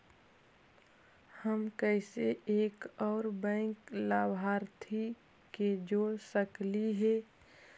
हम कैसे एक और बैंक लाभार्थी के जोड़ सकली हे?